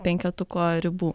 penketuko ribų